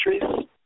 countries